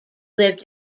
lived